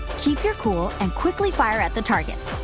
keep your cool and quickly fire at the targets.